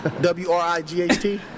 W-R-I-G-H-T